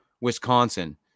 Wisconsin